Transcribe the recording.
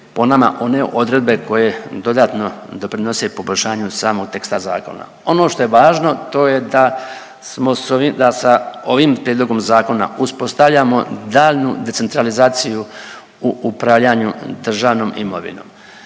po nama one odredbe koje dodatno doprinose poboljšanju samog teksta zakona. Ono što je važno, to je da smo s ovim, da sa ovim prijedlogom zakona uspostavljamo daljnju decentralizaciju u upravljanju državnom imovinom.